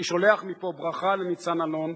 אני שולח מפה ברכה לניצן אלון,